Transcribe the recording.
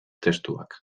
testuak